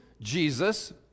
Jesus